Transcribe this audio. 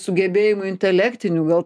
sugebėjimų intelektinių gal